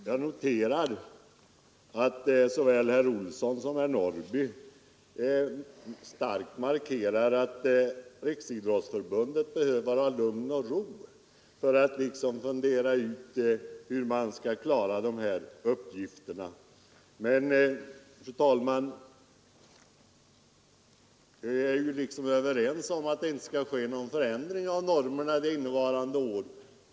Fru talman! Jag noterar att såväl herr Olsson i Kil som herr Norrby i Gunnarskog starkt markerade att Riksidrottsförbundet behöver ha lugn och ro för att liksom fundera ut hur man skall klara dessa uppgifter. Men vi är ju överens om att normerna inte skall ändras innevarande år.